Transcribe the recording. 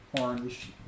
orange